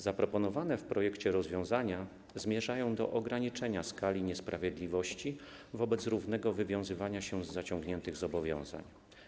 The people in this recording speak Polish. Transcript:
Zaproponowane w projekcie rozwiązania zmierzają do ograniczenia skali niesprawiedliwości wobec równego wywiązywania się z zaciągniętych zobowiązań.